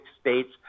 states